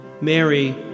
Mary